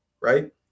right